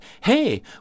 hey